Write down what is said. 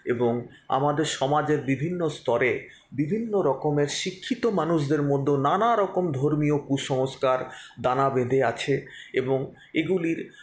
এবং আমাদের সমাজের বিভিন্ন স্তরে বিভিন্ন রকমের শিক্ষিত মানুষদের মধ্যেও নানারকম ধর্মীয় কুসংস্কার দানা বেঁধে আছে এবং এগুলির